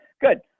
good